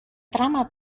trama